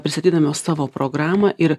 pristatydamos savo programą ir